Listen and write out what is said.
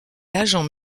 agent